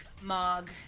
mog